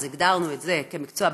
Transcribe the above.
אז הגדרנו את זה כמקצוע במצוקה,